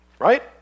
Right